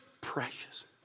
precious